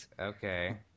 Okay